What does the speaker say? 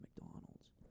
McDonald's